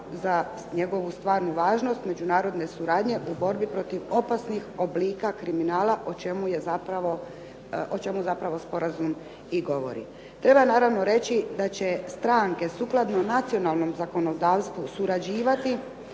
za njegovu stvarnu važnost međunarodne suradnje u borbi protiv opasnih oblika kriminala, o čemu zapravo sporazum i govori. Treba naravno i reći da će stranke sukladno nacionalnom zakonodavstvu surađivati